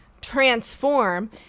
transform